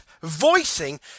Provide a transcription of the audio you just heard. voicing